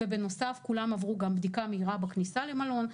ובנוסף כולם גם עברו בדיקה מהירה בכניסה למלון.